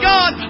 God